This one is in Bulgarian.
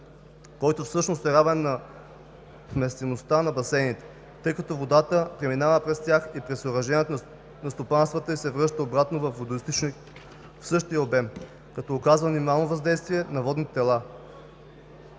който всъщност е равен на вместимостта на басейните, тъй като водата преминава през тях и през съоръженията на стопанствата и се връща обратно във водоизточника в същия обем, като оказва минимално въздействие на водните тела.